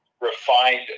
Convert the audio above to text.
refined